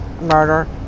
murder